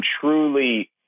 truly